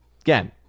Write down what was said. Again